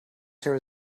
still